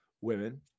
women